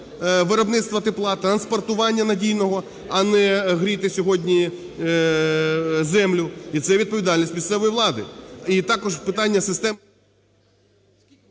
виробництва тепла, транспортування надійного, а не гріти сьогодні землю, і це відповідальність місцевої влади.